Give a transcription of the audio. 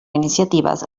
iniciatives